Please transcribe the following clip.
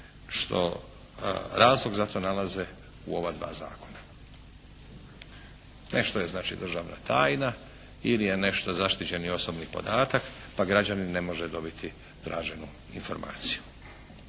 što razlog za to nalaze u ova dva zakona. Nešto je znači državna tajna ili je nešto zaštićeni osobni podatak pa građanin ne može dobiti traženu informaciju.